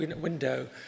window